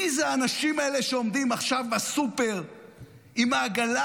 מי האנשים האלה שעומדים עכשיו בסופר עם העגלה,